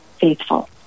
faithful